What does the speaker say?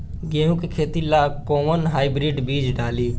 गेहूं के खेती ला कोवन हाइब्रिड बीज डाली?